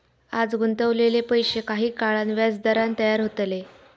आज गुंतवलेले पैशे काही काळान व्याजदरान तयार होतले